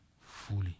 fully